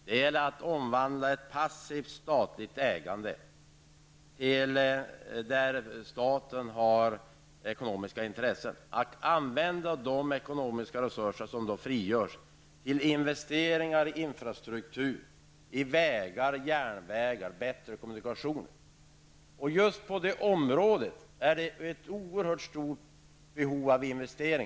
Det gäller att omvandla ett passivt statligt ägande på ett sätt som gör att de ekonomiska resurser som frigörs kan användas till investeringar i infrastruktur, i vägar, järnvägar och bättre kommunikationer. Just på dessa områden är behovet av investeringar oerhört stort.